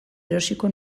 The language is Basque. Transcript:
erosiko